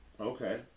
okay